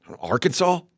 Arkansas